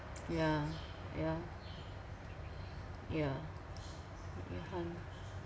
yeah yeah ya 遗憾